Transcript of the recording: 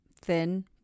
thin